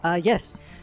Yes